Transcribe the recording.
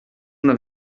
una